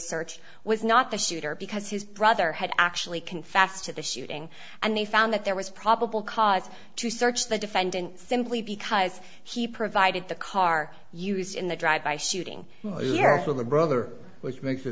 searched was not the shooter because his brother had actually confessed to the shooting and they found that there was probable cause to search the defendant simply because he provided the car used in the drive by shooting the brother which makes a